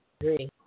agree